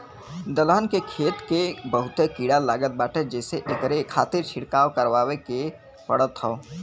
दलहन के खेत के बहुते कीड़ा लागत बाटे जेसे एकरे खातिर छिड़काव करवाए के पड़त हौ